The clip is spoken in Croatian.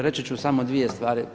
Reći ću samo dvije stvari.